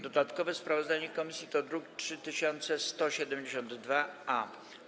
Dodatkowe sprawozdanie komisji to druk nr 3172-A.